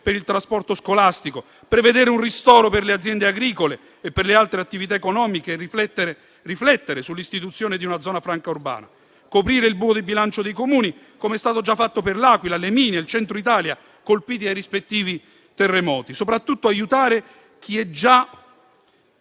per il trasporto scolastico e prevedere un ristoro per le aziende agricole e le altre attività economiche. Occorre riflettere sull'istituzione di una zona franca urbana, coprire il buco di bilancio dei Comuni, com'è già stato fatto per L'Aquila, per l'Emilia e per il centro Italia, colpiti dai rispettivi terremoti, e soprattutto aiutare chi era